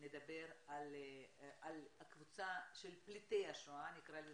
נדבר על הקבוצה של פליטי שואה, נקרא לזה.